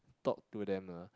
talk to them lah